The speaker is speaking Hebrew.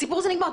הסיפור הזה נגמר.